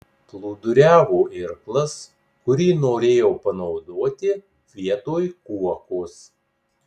plūduriavo irklas kurį norėjau panaudoti vietoj kuokos